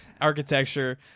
architecture